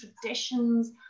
traditions